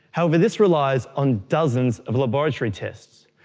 however this relies on dozens of laboratory tests.